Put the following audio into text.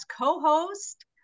co-host